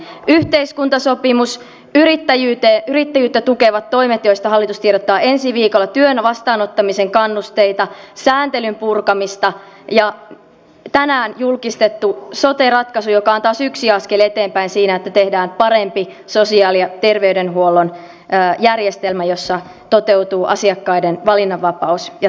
yhteiskuntasopimus yrittäjyyttä tukevat toimet joista hallitus tiedottaa ensi viikolla työn vastaanottamisen kannusteita sääntelyn purkamista ja tänään julkistettu sote ratkaisu joka on taas yksi askel eteenpäin siinä että tehdään parempi sosiaali ja terveydenhuollon järjestelmä jossa toteutuvat asiakkaiden valinnanvapaus ja tasa arvo